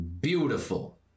Beautiful